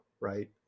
right